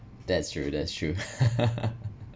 that's true that's true